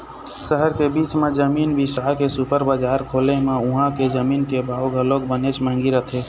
सहर के बीच म जमीन बिसा के सुपर बजार खोले म उहां के जमीन के भाव घलोक बनेच महंगी रहिथे